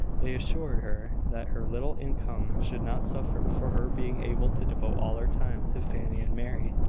they assured her that her little income should not suffer for her being able to devote all her time to fanny and mary.